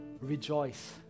rejoice